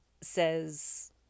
says